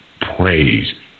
praise